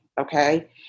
okay